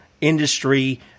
industry